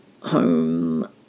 home